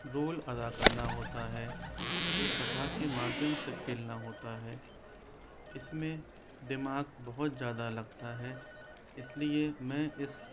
role अदा करना होता है एक कथा के माध्यम से खेलना होता है इसमें दिमाग बहुत ज़्यादा लगता है इसलिए मैं इस